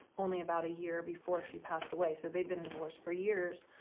only about a year before she passed away so they'd been divorced for years